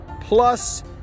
plus